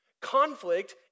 Conflict